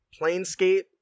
Planescape